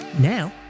Now